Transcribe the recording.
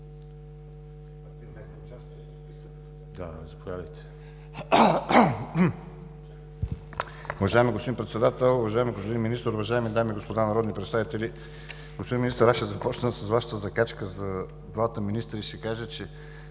за България): Уважаеми господин Председател, уважаеми господин Министър, уважаеми дами и господа народни представители! Господин Министър, ще започна с Вашата закачка за двамата министри и ще кажа, че